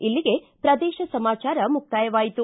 ಇಲ್ಲಿಗೆ ಪ್ರದೇಶ ಸಮಾಚಾರ ಮುಕ್ತಾಯವಾಯಿತು